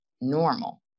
normal